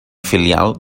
filial